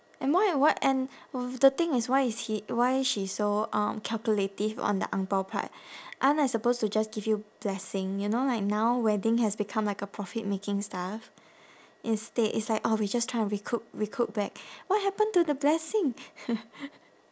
and more and what and of the thing is why is he why she so um calculative on the ang bao part aren't I supposed to just give you blessing you know like now wedding has become like a profit making stuff instead it's like oh we just trying to recoup recoup back what happened to the blessing